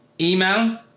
Email